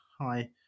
Hi